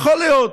יכול להיות,